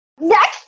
Next